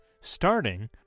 starting